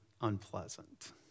unpleasant